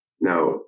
Now